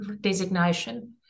designation